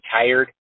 tired